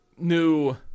new